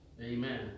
Amen